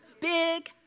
big